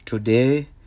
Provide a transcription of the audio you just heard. Today